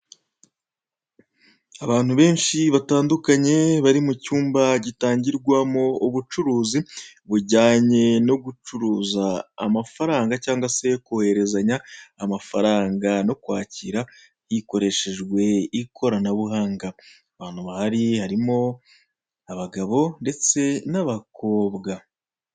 Abantu benshi batandukanye bari mu cyumba gatangirwamo ubucuruzi, bujyanye no gucuruza amafaranga cyangwa se kohererezanya amafaranga no kwakira hikoreshejwe ikoranabuhanga. Abantu bahari harimo abagabo ndetse n'abakobwa.